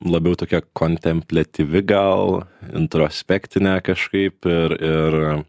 labiau tokia kontempliatyvi gal introspektinė kažkaip ir ir